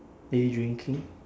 are you drinking